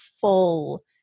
full